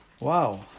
Wow